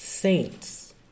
saints